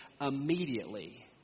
immediately